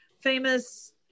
famous